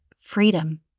freedom